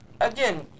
again